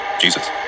jesus